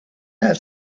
have